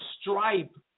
stripe